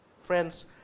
Friends